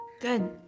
Good